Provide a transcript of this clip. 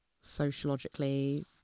sociologically